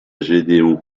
gédéon